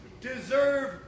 deserve